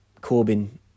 Corbin